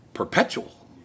Perpetual